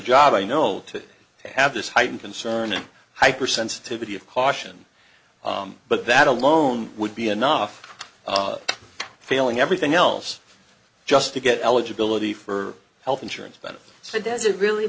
job i know to have this heightened concern and hypersensitivity of caution but that alone would be enough failing everything else just to get eligibility for health insurance but so does it really